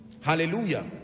hallelujah